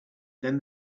then